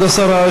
כבוד השר,